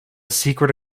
secret